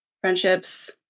friendships